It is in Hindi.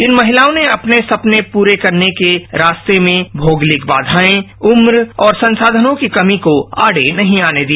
इन महिलाओं ने अपने सपने पूरे करने के रास्ते में भौगोलिक बाघाएं उम्र और संसाधनों की कमी को आडे नहीं आने दिया